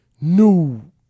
new